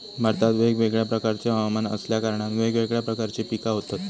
भारतात वेगवेगळ्या प्रकारचे हवमान असल्या कारणान वेगवेगळ्या प्रकारची पिका होतत